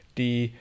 die